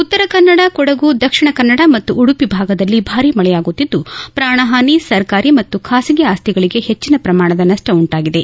ಉತ್ತರ ಕನ್ನಡ ಕೊಡಗು ದಕ್ಷಿಣ ಕನ್ನಡ ಮತ್ತು ಉಡುಪಿ ಭಾಗದಲ್ಲಿ ಭಾರೀ ಮಳೆಯಾಗುತ್ತಿದ್ದು ಪಾಣಹಾನಿ ಸರಕಾರಿ ಮತ್ತು ಖಾಸಗಿ ಆಸ್ತಿಗಳಿಗೆ ಹೆಚ್ಚಿನ ಪ್ರಮಾಣದ ನಷ್ಷ ಉಂಟಾಗಿದೆ